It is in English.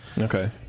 Okay